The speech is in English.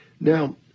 Now